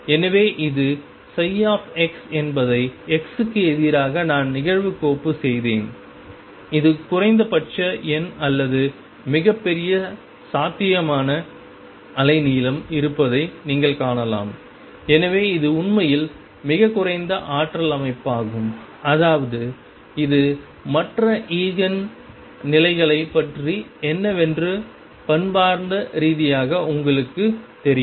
எனவே இது x என்பதை x க்கு எதிராக நான் நிகழ்வுக்கோப்பு செய்தேன் இது குறைந்தபட்ச எண் அல்லது மிகப்பெரிய சாத்தியமான அலைநீளம் இருப்பதை நீங்கள் காணலாம் எனவே இது உண்மையில் மிகக் குறைந்த ஆற்றல் அமைப்பாகும் அதாவது இது மற்ற ஈஜென் நிலைகளைப் பற்றி என்னவென்று பண்பார்ந்த ரீதியாக உங்களுக்குத் தெரியும்